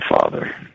father